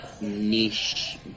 niche